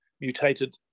mutated